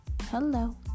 hello